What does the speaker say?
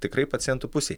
tikrai pacientų pusėj